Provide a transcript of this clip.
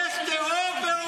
שום שאלה.